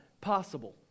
possible